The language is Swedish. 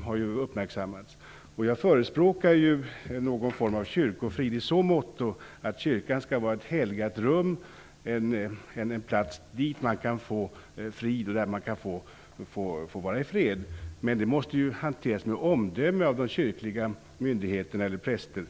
bekant uppmärksammats. Jag förespråkar kyrkofrid i så måtto att kyrkan skall betraktas som ett helgat rum, en plats där man kan få frid och där man kan få vara ifred. Men det måste naturligtvis hanteras med omdöme av de kyrkliga myndigheterna och prästerna.